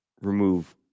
remove